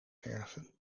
verven